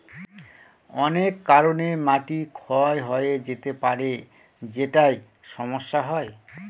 অনেক কারনে মাটি ক্ষয় হয়ে যেতে পারে যেটায় সমস্যা হয়